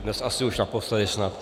Tak dnes asi už naposledy snad.